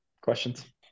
questions